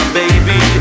baby